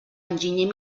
enginyer